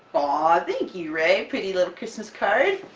ah thank you rae! pretty little christmas card!